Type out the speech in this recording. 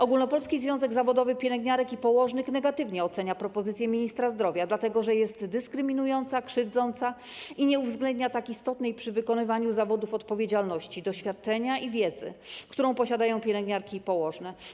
Ogólnopolski Związek Zawodowy Pielęgniarek i Położnych negatywnie ocenia propozycję ministra zdrowia, dlatego że jest dyskryminująca, krzywdząca i nie uwzględnia tak istotnej przy wykonywaniu zawodu odpowiedzialności, doświadczenia i wiedzy, którą posiadają pielęgniarki i położne.